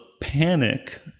panic